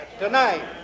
Tonight